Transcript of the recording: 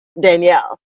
danielle